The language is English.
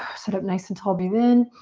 sit up nice and tall, breathe in.